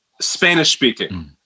Spanish-speaking